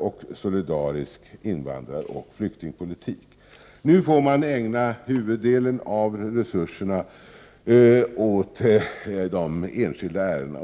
och solidarisk invandraroch flyktingpolitik. Nu får man ägna huvuddelen av resurserna åt de enskilda ärendena.